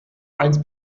eins